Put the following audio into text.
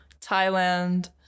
Thailand